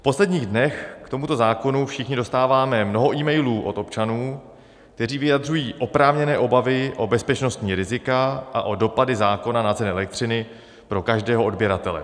V posledních dnech k tomuto zákonu všichni dostáváme mnoho emailů od občanů, kteří vyjadřují oprávněné obavy o bezpečnostní rizika a o dopady zákona na ceny elektřiny pro každého odběratele.